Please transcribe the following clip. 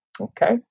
Okay